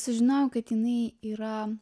sužinojau kad jinai yra